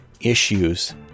issues